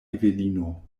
evelino